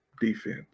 defense